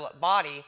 body